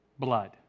blood